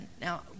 now